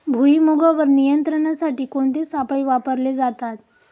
भुईमुगावर नियंत्रणासाठी कोणते सापळे वापरले जातात?